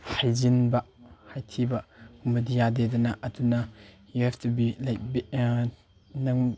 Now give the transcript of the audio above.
ꯍꯥꯏꯖꯤꯟꯕ ꯍꯥꯏꯊꯤꯕ ꯑꯃꯗꯤ ꯌꯥꯗꯦꯗꯅ ꯑꯗꯨꯅ you help to be like ꯅꯪ